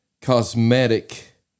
cosmetic